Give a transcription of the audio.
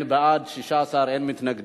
אכן, בעד, 16, אין מתנגדים.